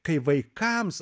kai vaikams